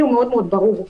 זה מופרך.